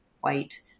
white